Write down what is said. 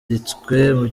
gitabo